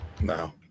no